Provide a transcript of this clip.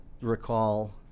recall